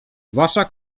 wasza